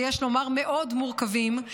ויש לומר מורכבים מאוד,